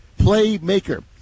Playmaker